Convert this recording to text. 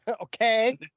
Okay